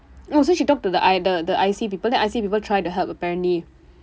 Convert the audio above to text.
oh so she talked to the I the the I_C people then the I_C people tried to help apparently